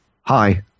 Hi